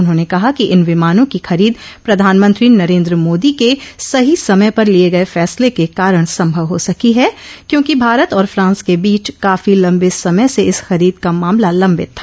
उन्होंने कहा कि इन विमानों की खरीद प्रधानमंत्री नरेन्द्र मोदी के सही समय पर लिए गए फैसले के कारण संभव हो सकी है क्योंकि भारत और फ्रांस के बीच काफी लंबे समय से इस खरीद का मामला लंबित था